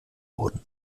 wurden